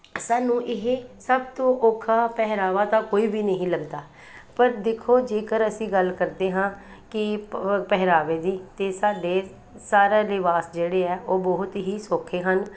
ਸਾਨੂੰ ਇਹ ਸਭ ਤੋਂ ਔਖਾ ਪਹਿਰਾਵਾ ਤਾਂ ਕੋਈ ਵੀ ਨਹੀਂ ਲੱਗਦਾ ਪਰ ਦੇਖੋ ਜੇਕਰ ਅਸੀਂ ਗੱਲ ਕਰਦੇ ਹਾਂ ਕਿ ਪ ਪਹਿਰਾਵੇ ਦੀ ਤਾਂ ਸਾਡੇ ਸਾਰਾ ਲਿਬਾਸ ਜਿਹੜੇ ਆ ਉਹ ਬਹੁਤ ਹੀ ਸੌਖੇ ਹਨ